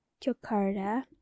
jakarta